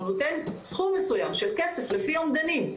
הוא נותן סכום מסוים של כסף לפי אומדנים,